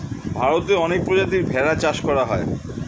ভারতে অনেক প্রজাতির ভেড়া চাষ করা হয়